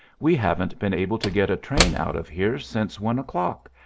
we haven't been able to get a train out of here since one o'clock,